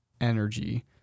energy